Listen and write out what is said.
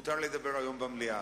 מותר לדבר היום במליאה.